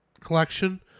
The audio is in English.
Collection